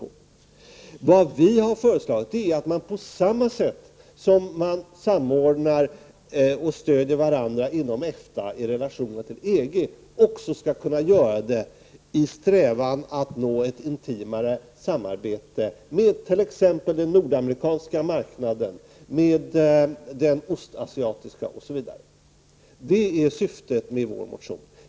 Men vad vi har föreslagit är att man på samma sätt som man samordnar och stöder varandra inom EFTA i relationerna till EG också skulle kunna göra det i strävandena att nå ett intimare samarbete med t.ex. den nordamerikanska marknaden, den östasiatiska marknaden osv. Det är syftet med vår motion.